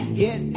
get